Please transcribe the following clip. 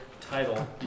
title